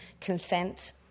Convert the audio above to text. consent